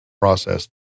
process